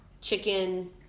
chicken –